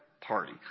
party